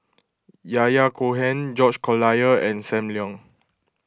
Yahya Cohen George Collyer and Sam Leong